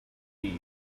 beef